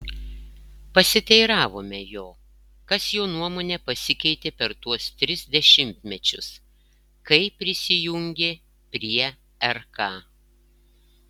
pasiteiravome jo kas jo nuomone pasikeitė per tuos tris dešimtmečius kai prisijungė prie rk